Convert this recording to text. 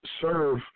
serve